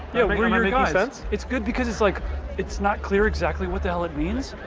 yeah we're moving on. that's it's good because it's like it's not clear exactly what the hell it means.